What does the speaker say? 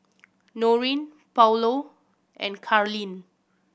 Noreen Paulo and Karlene